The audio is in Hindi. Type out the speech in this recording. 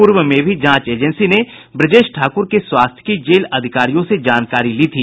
पूर्व में भी जांच एजेंसी ने ब्रजेश ठाकुर के स्वास्थ्य की जेल अधिकारियों से जानकारी ली थी